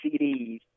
CDs